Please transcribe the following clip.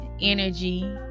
energy